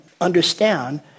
understand